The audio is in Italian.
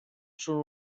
sono